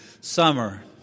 summer